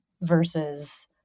versus